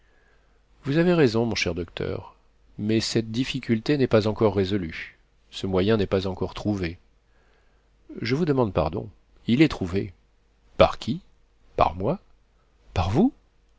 vous avez raison mon cher docteur mais cette difficulté n'est pas encore résolue ce moyen n'est pas encore trouvé je vous demande pardon il est trouvé par qui par moi par vous